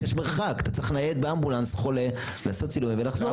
כשיש מרחק אתה צריך לנייד באמבולנס חולה לעשות צילומים ולחזור.